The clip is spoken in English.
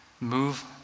move